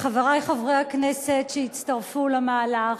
לחברי חברי הכנסת שהצטרפו למהלך,